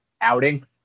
outing